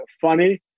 funny